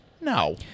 No